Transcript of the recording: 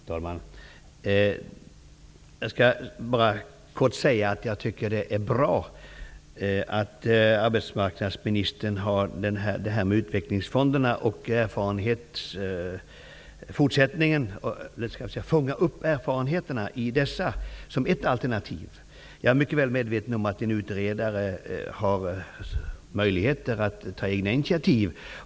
Herr talman! Jag skall bara kort säga att jag tycker att det är bra att arbetsmarknadsministern som ett alternativ har att fånga upp erfarenheterna i utvecklingsfonderna. Jag är mycket väl medveten om att en utredare har möjligheter att ta egna initiativ.